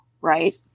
right